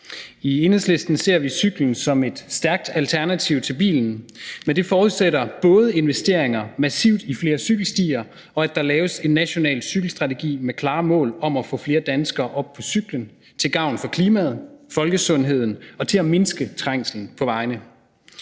I Enhedslisten ser vi cyklen som et stærkt alternativ til bilen, men det forudsætter både massive investeringer i flere cykelstier, og at der laves en national cykelstrategi med klare mål om at få flere danskere op på cyklen til gavn for klimaet og folkesundheden og for at mindske trængslen på vejene.